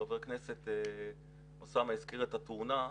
חבר הכנסת אוסאמה הזכיר את התאונה,